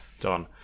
done